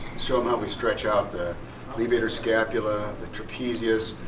so how we stretch out the levator scapulae, the trapezius.